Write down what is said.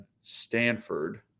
Stanford